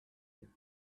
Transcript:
you